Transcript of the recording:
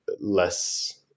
less